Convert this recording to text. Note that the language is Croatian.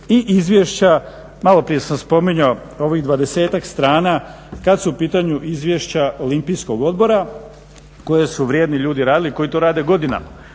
i izvješća, malo prije sam spominjao ovih 20-tak strana kad su u pitanju izvješća olimpijskog odbora koje su vrijedni ljudi radili, koji to rade godinama.